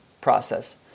process